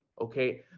Okay